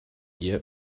ihr